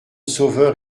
sauveur